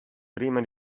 prima